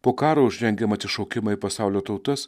po karo už rengiamą atsišaukimą į pasaulio tautas